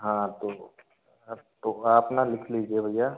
हाँ तो अब तो आप ना लिख लीजिए भैया